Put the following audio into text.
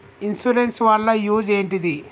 Insurance వాళ్ల use ఏంటిది?